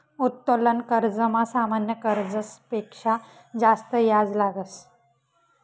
उत्तोलन कर्जमा सामान्य कर्जस पेक्शा जास्त याज लागस